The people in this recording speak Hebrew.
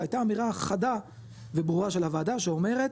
והייתה אמירה חדה וברורה של הוועדה שאומרת,